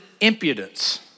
impudence